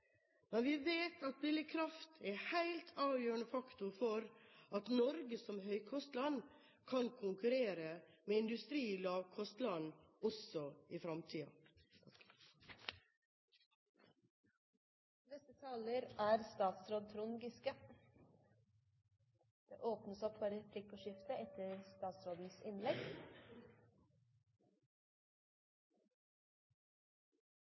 Men vi vet at billig kraft er en helt avgjørende faktor for at Norge som høykostland kan konkurrere med industri i lavkostland, også i fremtiden. Jeg er glad for